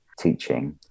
teaching